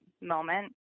moment